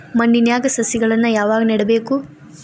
ಮಣ್ಣಿನ್ಯಾಗ್ ಸಸಿಗಳನ್ನ ಯಾವಾಗ ನೆಡಬೇಕು?